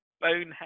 bonehead